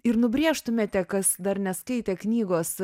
ir nubrėžtumėte kas dar neskaitė knygos